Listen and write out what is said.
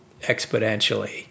exponentially